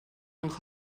amb